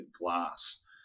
glass